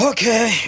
Okay